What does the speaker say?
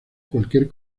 cualquier